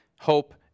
hope